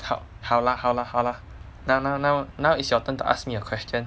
好好啦好啦好啦 now now now is your turn to ask me a question